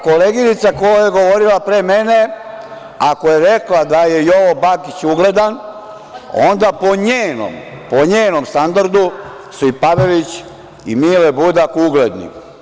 Koleginica koja je govorila pre mene, ako je rekla da je Jovo Bakić ugledan, onda po njenom standardu su i Pavelić i Mile Budak ugledni.